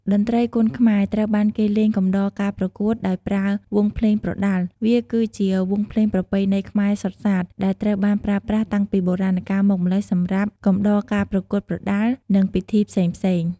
តន្ត្រីគុនខ្មែរ ត្រូវបានគេលេងកំដរការប្រកួត ដោយប្រើ វង់ភ្លេងប្រដាល់ វាគឺជា វង់ភ្លេងប្រពៃណីខ្មែរសុទ្ធសាធ ដែលត្រូវបានប្រើប្រាស់តាំងពីបុរាណកាលមកម្ល៉េះសម្រាប់កំដរការប្រកួតប្រដាល់ និងពិធីផ្សេងៗ។